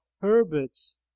Herbert's